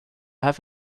have